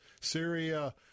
Syria